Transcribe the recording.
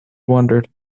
wondered